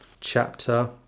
chapter